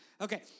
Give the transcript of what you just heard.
Okay